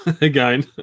again